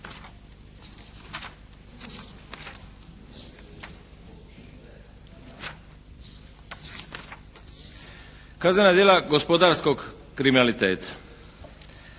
Kaznena djela gospodarskog kriminaliteta